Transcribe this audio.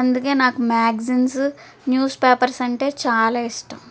అందుకే నాకు magazines newspapers అంటే చాలా ఇష్టం